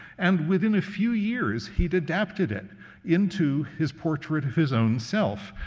and within a few years, he'd adapted it into his portrait of his own self.